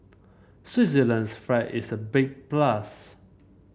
Switzerland's flag is a big plus